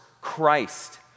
Christ